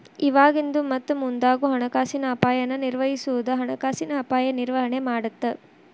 ಇವಾಗಿಂದು ಮತ್ತ ಮುಂದಾಗೋ ಹಣಕಾಸಿನ ಅಪಾಯನ ನಿರ್ವಹಿಸೋದು ಹಣಕಾಸಿನ ಅಪಾಯ ನಿರ್ವಹಣೆ ಮಾಡತ್ತ